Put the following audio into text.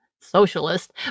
socialist